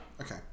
Okay